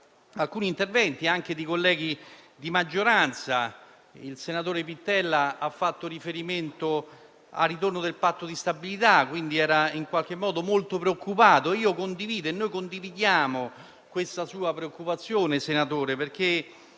alcuni interventi anche di colleghi di maggioranza. Il senatore Pittella ha fatto riferimento al ritorno del Patto di stabilità e, quindi, era in qualche modo molto preoccupato. Senatore, condividiamo questa sua preoccupazione. A tale riguardo,